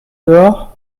dehors